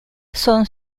son